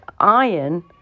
iron